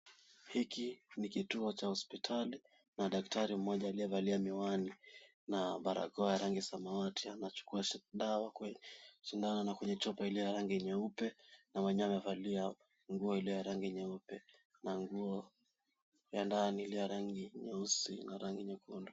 Hiki ni kituo cha hospitali na daktari mmoja aliyevalia miwani na barakoa ya rangi ya samawati, anachukua dawa kwenye sindano na kwenye chupa iliyo ya rangi nyeupe na mwenyewe amevalia nguo iliyo ya rangi nyeupe na nguo ya ndani iliyo ya rangi nyeusi na rangi nyekundu.